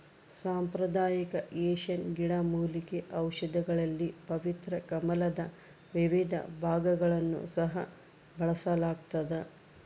ಸಾಂಪ್ರದಾಯಿಕ ಏಷ್ಯನ್ ಗಿಡಮೂಲಿಕೆ ಔಷಧಿಗಳಲ್ಲಿ ಪವಿತ್ರ ಕಮಲದ ವಿವಿಧ ಭಾಗಗಳನ್ನು ಸಹ ಬಳಸಲಾಗ್ತದ